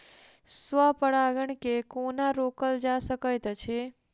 स्व परागण केँ कोना रोकल जा सकैत अछि?